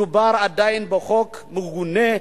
מדובר עדיין בחוק מגונה,